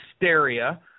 hysteria